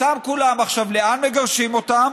אותם, כולם עכשיו, לאן מגרשים אותם?